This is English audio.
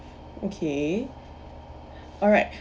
okay alright